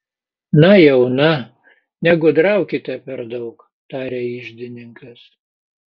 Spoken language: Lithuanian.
na jau na negudraukite per daug tarė iždininkas